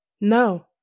No